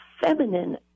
feminine